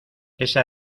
esa